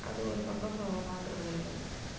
அது ஒரு சந்தோஷம் அதை பாக்கிறதுல எங்களுக்கு